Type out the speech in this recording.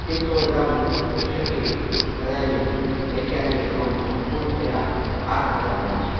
किन्तु यदा वृ वर्षति तदानीं बैक् याने अहं सम्पूर्णतया आर्द्रः भवामि स्म